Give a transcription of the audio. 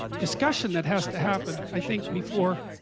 discussion that has to happen i think before